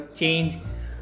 change